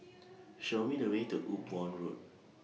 Show Me The Way to Upavon Road